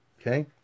okay